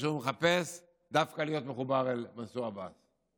כאשר הוא מחפש דווקא להיות מחובר אל מנסור עבאס.